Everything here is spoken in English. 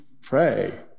pray